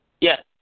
yes